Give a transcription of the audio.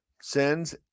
sins